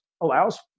allows